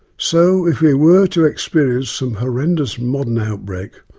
so if we were to experience some horrendous modern outbreak,